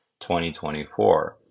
2024